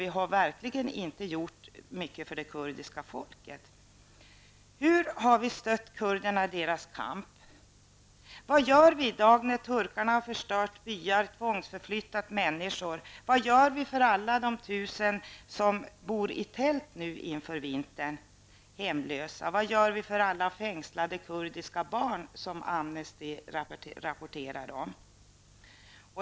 Vi har verkligen inte gjort mycket för det kurdiska folket. Hur har vi stött kurderna i deras kamp? Vad gör vi i dag när turkarna har förstört byar och tvångsförflyttat människor? Vad gör vi för alla de tusen hemlösa som nu inför vintern bor i tält? Vad gör vi för alla fängslade kurdiska barn som Amnesty rapporterat om?